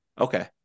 Okay